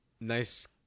nice